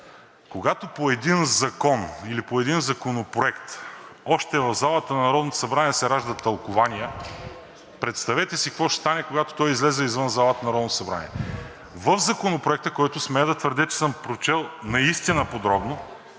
когато по един закон или по един законопроект още в залата на Народното събрание се раждат тълкувания, представете си какво ще стане, когато той излезе извън залата на Народното събрание. В Законопроекта, който смея да твърдя, че съм прочел наистина подробно,